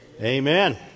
Amen